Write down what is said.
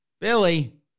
Billy